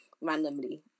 randomly